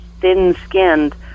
thin-skinned